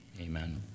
Amen